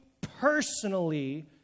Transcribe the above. personally